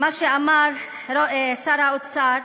מה שאמר שר האוצר,